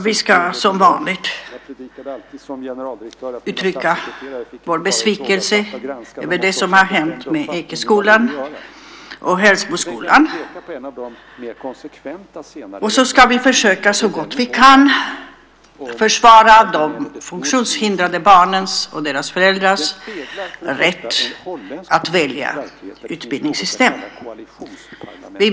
Vi ska som vanligt uttrycka vår besvikelse över det som har hänt med Ekeskolan och Hällsboskolan, och så ska vi försöka, så gott vi kan, att försvara de funktionshindrade barnens och deras föräldrars rätt att välja utbildningssystem.